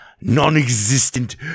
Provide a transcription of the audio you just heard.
non-existent